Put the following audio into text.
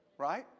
Right